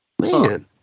Man